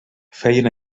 feien